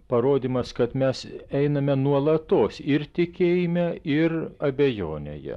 parodymas kad mes einame nuolatos ir tikėjime ir abejonėje